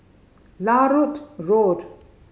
Larut Road